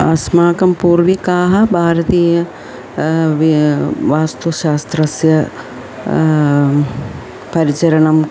अस्माकं पूर्विकाः भारतीयाः वास्तुशास्त्रस्य परिचरणम्